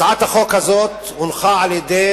הצעת החוק הזאת הונחה בעבר